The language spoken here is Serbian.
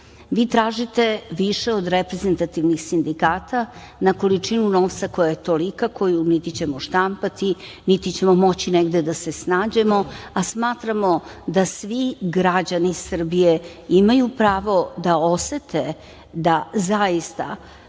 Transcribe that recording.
tražite više od reprezentativnih sindikata, na količinu novca koja je tolika, koju niti ćemo štampati, niti ćemo moći negde da se snađemo, a smatramo da svi građani Srbije imaju pravo da osete da zaista